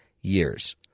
years